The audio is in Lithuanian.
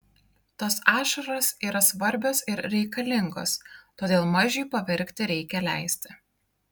tos ašaros yra svarbios ir reikalingos todėl mažiui paverkti reikia leisti